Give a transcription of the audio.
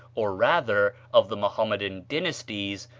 or rather of the mohammedan dynasties,